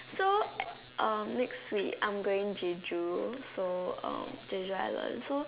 so um next week I'm going Jeju so um Jeju island so